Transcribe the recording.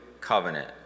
covenant